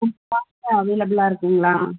உங்கள் ஷாப்பில் அவைலபிளாக இருக்குங்களா